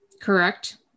Correct